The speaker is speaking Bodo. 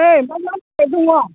ओइ मा मा फिथाइ दङ